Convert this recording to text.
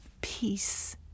peace